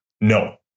No